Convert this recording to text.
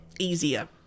easier